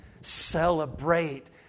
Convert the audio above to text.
celebrate